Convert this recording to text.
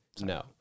No